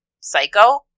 psycho